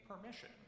permission